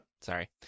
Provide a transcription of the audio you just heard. sorry